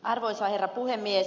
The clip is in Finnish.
arvoisa herra puhemies